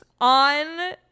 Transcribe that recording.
on